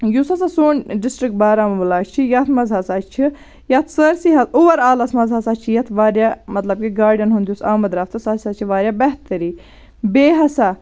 یُس ہَسا سون ڈِسٹِرک بارہمولہ چھُ یَتھ منٛز ہَسا چھِ یَتھ سٲرۍسٕے اُوَر آلَس منٛز ہَسا چھِ یَتھ واریاہ مطلب کہِ گاڑٮ۪ن ہُنٛد یُس آمُد رَفتہٕ سُہ ہَسا چھِ واریاہ بہتری بیٚیہِ ہَسا